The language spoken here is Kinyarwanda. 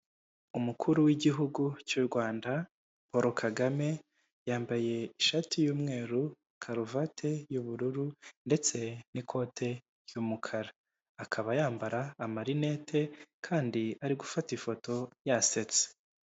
Umukuru w'igihugu cy'u Rwanda Polo Kagame yambaye ishati, y'umweru karuvati y'ubururu ndetse n'ikote ry'umukara akaba yambara amarinete kandi ari gufata ifoto yasetse.